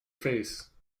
face